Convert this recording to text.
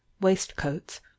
waistcoats